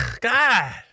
god